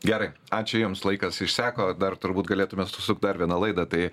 gerai ačiū jums laikas išseko dar turbūt galėtume susukt dar vieną laidą tai